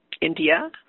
India